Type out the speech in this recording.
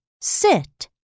Sit